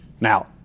now